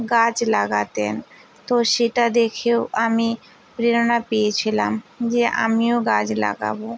গাছ লাগাতেন তো সেটা দেখেও আমি প্রেরণা পেয়েছিলাম যে আমিও গাছ লাগাবো